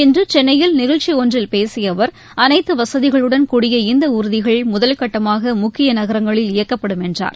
இன்று சென்னையில் நிகழ்ச்சி ஒன்றில் பேசிய அவர் அனைத்து வசதிகளுடன் கூடிய இந்த ஊர்திகள் முதல்கட்டமாக முக்கிய நகரங்களில் இயக்கப்படும் என்றார்